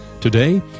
Today